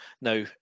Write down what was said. Now